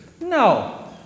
No